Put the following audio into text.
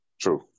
True